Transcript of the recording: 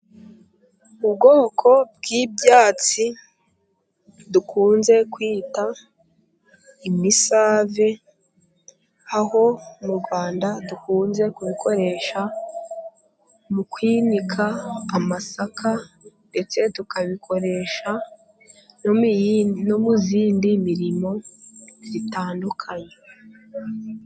Ubwoko bw'ibyatsi dukunze kwita imisave, aho mu rwanda dukunze kubikoresha mu kwinika amasaka, ndetse tukabikoresha no mu yindi mirimo itandukanye.